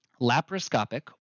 Laparoscopic